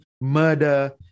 murder